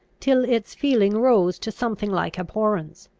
till its feeling rose to something like abhorrence.